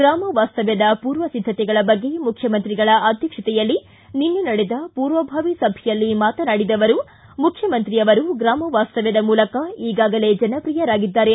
ಗ್ರಾಮ ವಾಸ್ತವ್ಯದ ಪೂರ್ವ ಸಿದ್ಧತೆಗಳ ಬಗ್ಗೆ ಮುಖ್ಯಮಂತ್ರಿಗಳ ಅಧ್ಯಕ್ಷತೆಯಲ್ಲಿ ನಿನ್ನೆ ನಡೆದ ಪೂರ್ವಭಾವಿ ಸಭೆಯಲ್ಲಿ ಮಾತನಾಡಿದ ಅವರು ಮುಖ್ಯಮಂತ್ರಿಗಳು ಗ್ರಾಮ ವಾಸ್ತವ್ಯದ ಮೂಲಕ ಈಗಾಗಲೇ ಜನಪ್ರಿಯರಾಗಿದ್ದಾರೆ